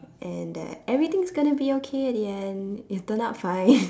and that everything's gonna be okay at the end you turned out fine